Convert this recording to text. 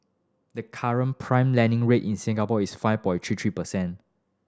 the current prime lending rate in Singapore is five point three three percent